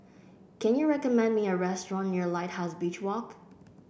can you recommend me a restaurant near Lighthouse Beach Walk